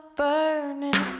burning